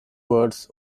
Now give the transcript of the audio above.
words